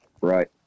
Right